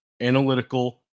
analytical